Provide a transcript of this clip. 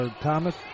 Thomas